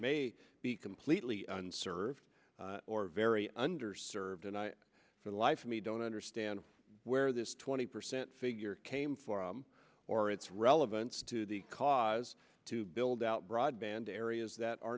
may be completely served or very under served and i for the life of me don't understand where this twenty percent figure came from or its relevance to the cause to build out broadband areas that are